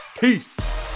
peace